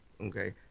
okay